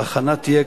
וההכנה תהיה,